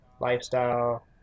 lifestyle